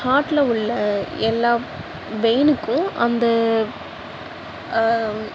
ஹார்ட்டில் உள்ள எல்லா வெயினுக்கும் அந்த